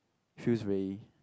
feels very